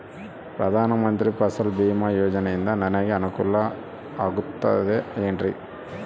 ಪ್ರಧಾನ ಮಂತ್ರಿ ಫಸಲ್ ಭೇಮಾ ಯೋಜನೆಯಿಂದ ನನಗೆ ಅನುಕೂಲ ಆಗುತ್ತದೆ ಎನ್ರಿ?